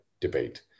debate